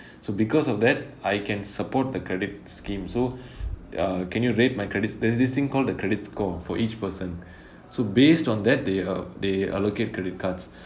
so because of that I can support the credit scheme so err can you rate my credit there's this thing called a credit score for each person so based on that they uh they allocate credit cards